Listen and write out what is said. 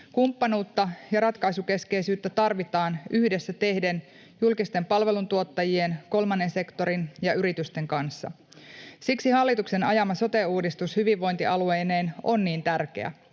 Kumppanuutta ja ratkaisukeskeisyyttä tarvitaan yhdessä tehden julkisten palveluntuottajien, kolmannen sektorin ja yritysten kanssa. Siksi hallituksen ajama sote-uudistus hyvinvointialueineen on niin tärkeä,